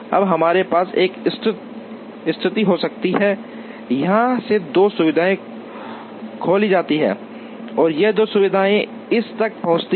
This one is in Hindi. अब हमारे पास एक स्थिति हो सकती है जहां ये दोनों सुविधाएं खोली जाती हैं और ये दोनों सुविधाएं इस तक पहुंचती हैं